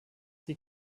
die